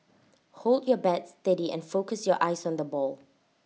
hold your bat steady and focus your eyes on the ball